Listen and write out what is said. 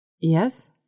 Yes